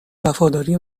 وفاداری